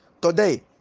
Today